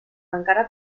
encara